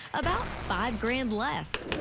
about five grand less.